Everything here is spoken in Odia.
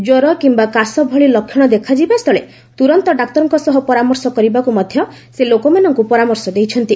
ଜ୍ୱର କିମ୍ବା କାଶ ଭଳି ଲକ୍ଷଣ ଦେଖାଯିବା ସ୍ଥୁଳେ ତୁରନ୍ତ ଡାକ୍ତରଙ୍କ ସହ ପରାମର୍ଶ କରିବାକୁ ମଧ୍ୟ ସେ ଲୋକମାନଙ୍କୁ ପରାମର୍ଶ ଦେଇଛନ୍ତି